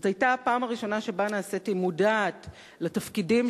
זאת היתה הפעם הראשונה שנעשיתי מודעת לתפקידים